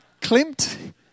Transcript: Klimt